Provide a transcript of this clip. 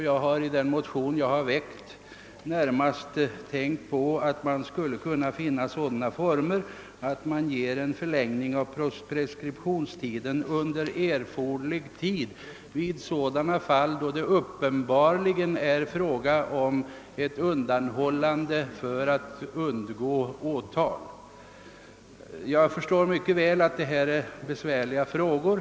Jag har i den motion som jag har väckt närmast tänkt mig att man skulle kunna finna sådana former, att man kan medge förlängning av preskriptionstiden under erforderlig tid i sådana fall då det uppenbarligen är fråga om ett undanhållande i syfte att undgå åtal. Jag förstår mycket väl att det här är besvärliga frågor.